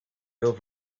veel